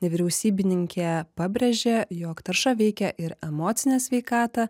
nevyriausybininkė pabrėžia jog tarša veikia ir emocinę sveikatą